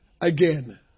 Again